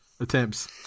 Attempts